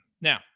now